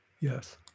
Yes